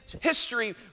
history